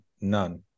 none